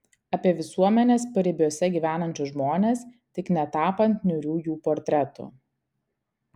apie visuomenės paribiuose gyvenančius žmones tik netapant niūrių jų portretų